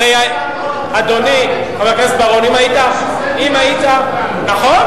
הרי אדוני, חבר הכנסת בר-און, אם היית, נכון.